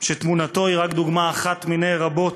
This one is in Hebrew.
שתמונתו היא רק דוגמה אחת מני רבות,